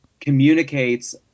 communicates